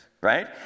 right